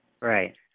Right